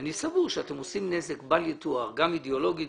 אני סבור שאתם עושים נזק בל יתואר גם אידיאולוגית,